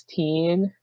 16